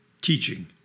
teaching